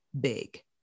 big